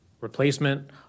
replacement